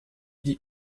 die